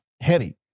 heavy